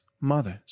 mothers